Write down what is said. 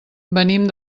venim